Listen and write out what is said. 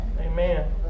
Amen